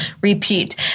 Repeat